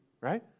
right